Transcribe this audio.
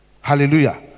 hallelujah